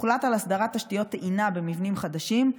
הוחלט על הסדרת תשתיות טעינה במבנים חדשים,